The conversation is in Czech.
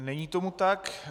Není tomu tak.